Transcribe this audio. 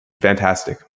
fantastic